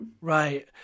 Right